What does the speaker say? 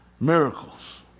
Miracles